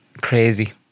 crazy